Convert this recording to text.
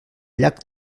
llac